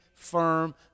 Firm